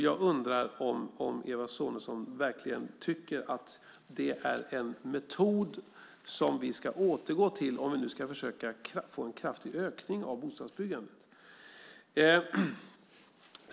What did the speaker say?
Jag undrar om Eva Sonidsson verkligen tycker att det är en metod som vi ska återgå till om vi ska försöka få en kraftig ökning av bostadsbyggandet.